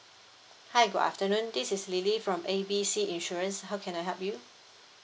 hi good afternoon this is lily from A B C insurance how can I help you